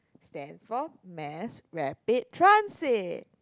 stands for Mass Rapid Transit